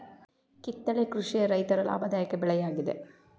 ಕಿತ್ತಳೆ ಕೃಷಿಯ ರೈತರು ಲಾಭದಾಯಕ ಬೆಳೆ ಯಾಗಿದೆ